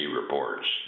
reports